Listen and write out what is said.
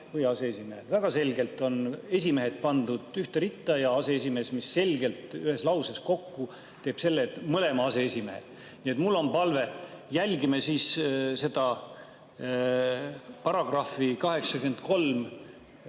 väga selgelt on esimehed pandud ühte ritta ja aseesimees, mis selgelt ühes lauses kokku teeb selle, et mõlema aseesimehed. Mul on palve: järgime seda § 83